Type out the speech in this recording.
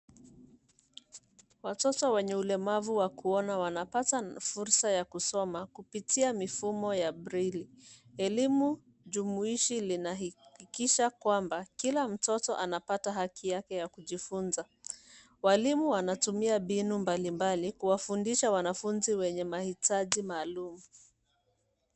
Watoto wenye ulemavu wa kuona wanapata fursa ya kusoma kupitia mifumo ya braille . Elimu jumuishi linahakikisha kwamba kila mtoto anapata haki yake ya kujifunza. Walimu wanatumia mbinu mbali mbali kuwafundisha wanafunzi wenye mahitaji maalum.